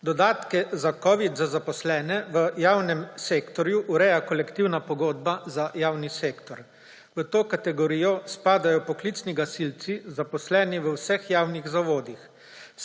Dodatke za covid za zaposlene v javnem sektorju ureja kolektivna pogodba za javni sektor. V to kategorijo spadajo poklicni gasilci, zaposleni v vseh javnih zavodih.